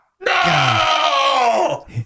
No